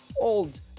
old